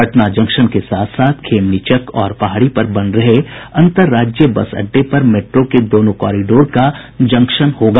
Patna junction के साथ साथ खेमनीचक और पहाड़ी पर बन रहे अन्तर्राज्यीय बस अड्डे पर मेट्रो के दोनो कॉरिडोर का जंक्शन रहेगा